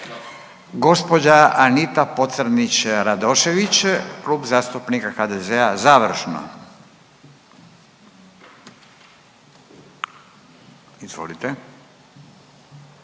Gospođa Anita Pocrnić Radošević Klub zastupnika HDZ-a završno. Izvolite.